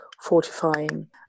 fortifying